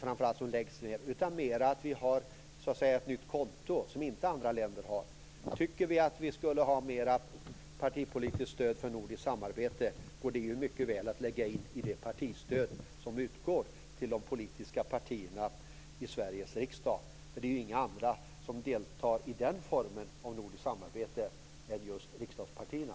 Det handlar mer om att ha ett nytt konto som andra länder inte har. Om vi tycker att vi skall ha mera partipolitiskt stöd för nordiskt samarbete, går det att lägga in i det partistöd som utgår till de politiska partierna i Sveriges riksdag. Det är inga andra partier som deltar i den formen av nordiskt samarbete än just riksdagspartierna.